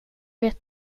vet